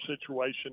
situation